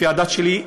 לפי הדת שלי,